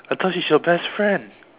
I thought she's your best friend